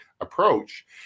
approach